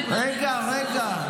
רגע, רגע.